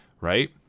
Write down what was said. right